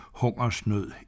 hungersnød